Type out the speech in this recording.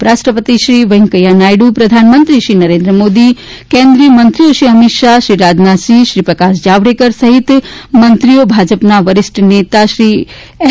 ઉપરાષ્ટ્રપતિશ્રી વેંકૈયાહ નાયડુ પ્રધાનમંત્રીશ્રી નરેન્દ્ર મોદી કેન્દ્રિય મંત્રીઓ શ્રી અમિત શાહ શ્રી રાજનાથસિંહ શ્રી પ્રકાશ જાવડેકર સહિત મંત્રીઓ ભાજપના વરિષ્ઠ નેતા શ્રી એલ